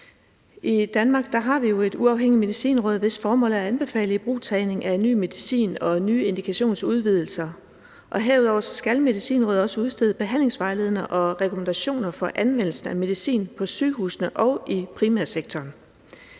I Danmark har vi jo et uafhængigt medicinråd, hvis formål er at anbefale ibrugtagning af ny medicin og nye indikationsudvidelser. Herudover skal Medicinrådet også udstede behandlingsvejledninger og rekommendationer for anvendelsen af medicin på sygehusene og i primærsektoren.